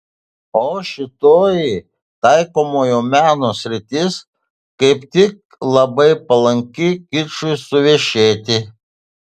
o šitoji taikomojo meno sritis kaip tik labai palanki kičui suvešėti